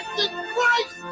Christ